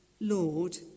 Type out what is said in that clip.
Lord